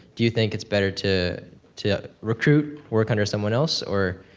do you think it's better to to recruit, work under someone else, or,